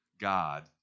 God